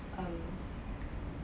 um